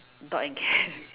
dog and cat